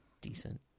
decent